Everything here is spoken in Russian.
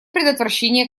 предотвращение